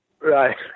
Right